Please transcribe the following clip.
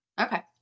Okay